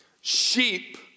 sheep